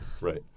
Right